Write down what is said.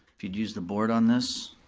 if you'd use the board on this.